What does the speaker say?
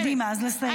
קדימה, לסיים.